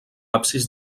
absis